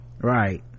right